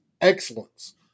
excellence